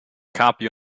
copy